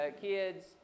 kids